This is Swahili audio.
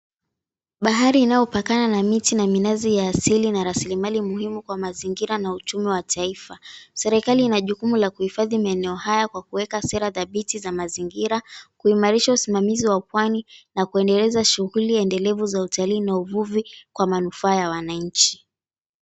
Bahari inayopakana na miti na minazi ya asili na raslimali muhimu kwa mazingira na uchumi wa taifa. Serikali ina jukumu la kuhifadhi maeneo haya kwa kuweka sera dhabiti kwa mazingira, kuimarisha usimamizi wa pwani na kuendeleza shughuli endelevu za utalii na uvuvi kwa manufaa ya wananchi.